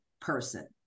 person